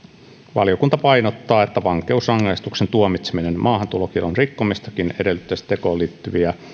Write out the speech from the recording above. valiokunta painottaa että vankeusrangaistuksen tuomitseminen maahantulokiellon rikkomisestakin edellyttäisi tekoon liittyviä